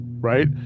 right